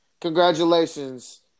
congratulations